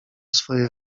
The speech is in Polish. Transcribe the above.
swoje